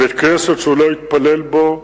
בית-כנסת שהוא לא התפלל בו,